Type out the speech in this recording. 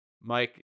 Mike